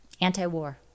anti-war